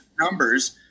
numbers